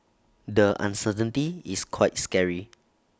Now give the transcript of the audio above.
the uncertainty is quite scary